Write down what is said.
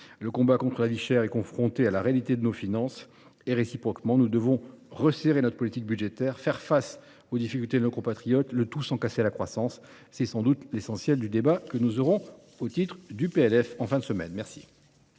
Le combat contre la vie chère est confronté à la réalité de nos finances, et réciproquement. Nous devons resserrer notre politique budgétaire et faire face aux difficultés de nos compatriotes, le tout sans casser la croissance. J’imagine que nous aurons ce débat essentiel lors de la discussion du PLF en fin de semaine. La